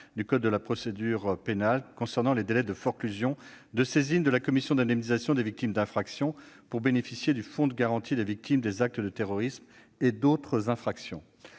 du code de procédure pénale concernant les délais de forclusion applicables à la saisine de la commission d'indemnisation des victimes d'infractions pour bénéficier du Fonds de garantie des victimes des actes de terrorisme et d'autres infractions.